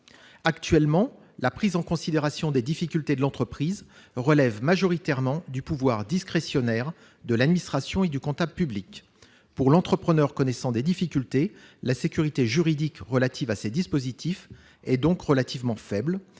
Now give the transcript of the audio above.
Actuellement, la prise en considération des difficultés de l'entreprise relève majoritairement du pouvoir discrétionnaire de l'administration et du comptable public. Pour l'entrepreneur connaissant des difficultés, la sécurité juridique afférente à ces dispositifs est donc relativement faible,